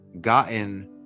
gotten